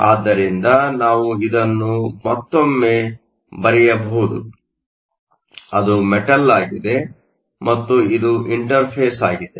ಆದ್ದರಿಂದ ನಾವು ಇದನ್ನು ಮತ್ತೊಮ್ಮೆ ಬರೆಯಬಹುದು ಅದು ಮೆಟಲ್ ಆಗಿದೆ ಮತ್ತು ಇದು ಇಂಟರ್ಫೇಸ್ ಆಗಿದೆ